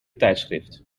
tijdschrift